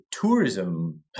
tourism